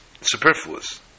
Superfluous